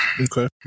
Okay